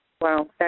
Wow